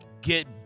get